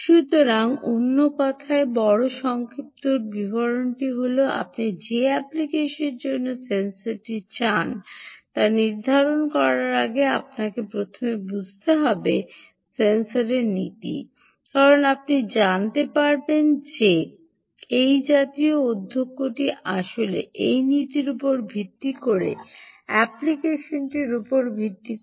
সুতরাং অন্য কথায় বড় সংক্ষিপ্ত বিবরণটি হল আপনি যে অ্যাপ্লিকেশনটির জন্য সেন্সর চান তা নির্ধারণ করার আগে আপনাকে প্রথমে বুঝতে হবে সেন্সরের নীতি কারণ আপনি জানতে পারবেন যে এই জাতীয় অধ্যক্ষটি আসলে সেই নীতির উপর ভিত্তি করে অ্যাপ্লিকেশনটির উপর ভিত্তি করে